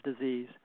disease